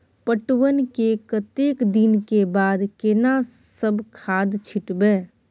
पटवन के कतेक दिन के बाद केना सब खाद छिटबै?